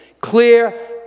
Clear